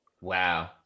Wow